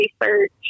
research